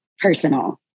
personal